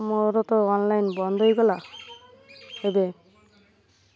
ମୋର ତ ଅନ୍ଲାଇନ୍ ବନ୍ଦ ହେଇଗଲା ଏବେ